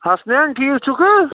حسنین ٹھیٖک چھُکھہٕ